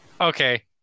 okay